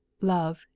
love